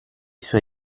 suoi